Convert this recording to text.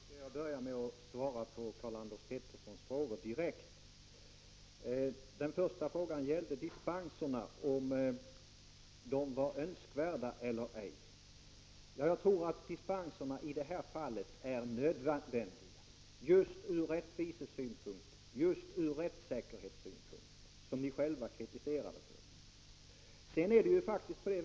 Herr talman! Jag skall börja med att direkt svara på Karl-Anders Peterssons frågor. Den första frågan gällde om dispenserna var önskvärda eller ej. Jag tror att 133 dispenserna i detta fall är nödvändiga, just från rättviseoch rättssäkerhetssynpunkt, dvs. från de synpunkter som ni själva har kritiserat förslaget.